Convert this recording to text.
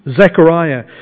Zechariah